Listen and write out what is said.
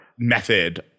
Method